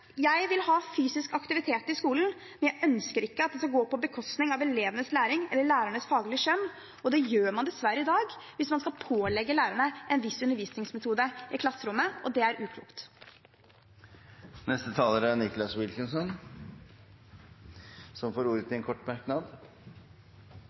Jeg vil ha fysisk aktivitet i skolen, men jeg ønsker ikke at det skal gå på bekostning av elevenes læring eller lærernes faglige skjønn, og det gjør man dessverre i dag hvis man skal pålegge lærerne en viss undervisningsmetode i klasserommet. Det er uklokt. Representanten Nicholas Wilkinson har hatt ordet to ganger tidligere og får ordet